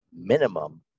minimum